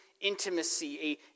intimacy